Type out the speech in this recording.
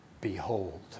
Behold